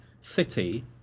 city